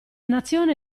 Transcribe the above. nazione